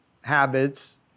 habits